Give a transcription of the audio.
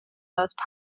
most